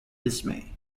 dismay